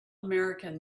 american